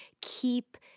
keep